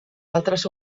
altres